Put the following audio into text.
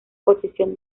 posición